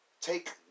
take